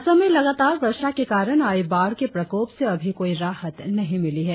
असम में लगातार वर्षा के कारण आई बाढ़ के प्रकोप से अभी कोई राहत नहीं मिली है